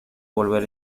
volver